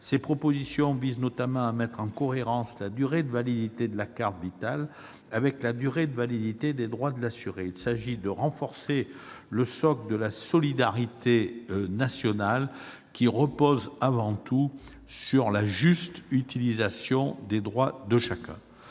Ses propositions visent, notamment, à mettre en cohérence la durée de validité de la carte Vitale avec celle des droits de l'assuré. Il s'agit de renforcer le socle de la solidarité nationale, qui repose avant tout sur la juste utilisation des droits de chacun.